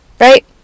right